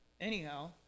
Anyhow